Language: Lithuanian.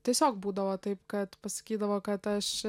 tiesiog būdavo taip kad pasakydavo kad aš